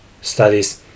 Studies